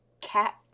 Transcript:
cat